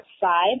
side